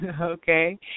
okay